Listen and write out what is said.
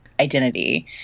identity